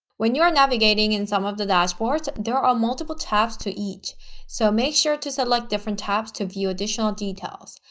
when you are navigating in some of the dashboards there are multiple tabs to each so make sure to select different tabs to view additional details.